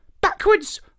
backwards